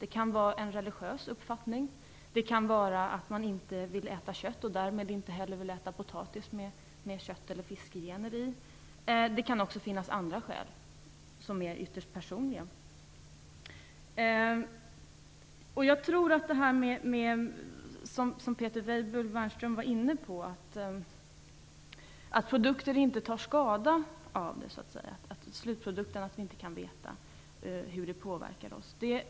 Det kan vara en religiös uppfattning, det kan vara att man inte vill äta kött och därmed inte heller vill äta potatis med kött eller fiskgener i, och det kan också finnas andra skäl som är ytterst personliga. Peter Weibull Bernström var inne på att produkter inte tar skada av det här och att vi inte kan veta hur slutprodukten påverkar oss.